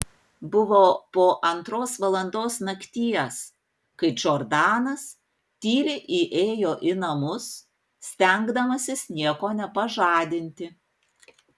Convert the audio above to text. buvo po antros valandos nakties kai džordanas tyliai įėjo į namus stengdamasis nieko nepažadinti